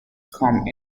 come